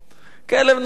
כלב נושך,